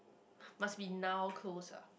must be now close ah